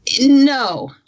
No